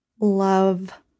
love